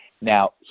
Now